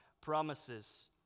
promises